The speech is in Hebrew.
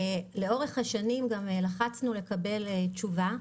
לאורך השנים גם לחצנו לקבל תשובה.